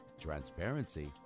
transparency